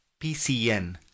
PCN